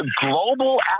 global